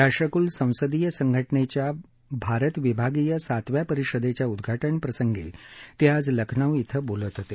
राष्ट्रक्ल संसदीय संघटनेच्या भारत विभागीय सातव्या परिषदेच्या उदघाटनप्रसंगी ते आज लखनऊ इथं बोलत होते